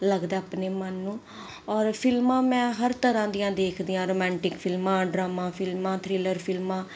ਲੱਗਦਾ ਆਪਣੇ ਮਨ ਨੂੰ ਔਰ ਫ਼ਿਲਮਾਂ ਮੈਂ ਹਰ ਤਰ੍ਹਾਂ ਦੀਆਂ ਦੇਖਦੀ ਹਾਂ ਰੋਮੈਂਟਿਕ ਫਿਲਮਾਂ ਡਰਾਮਾ ਫਿਲਮਾਂ ਥਰੀਲਰ ਫਿਲਮਾਂ